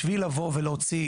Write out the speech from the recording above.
בשביל לבוא ולהוציא,